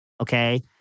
okay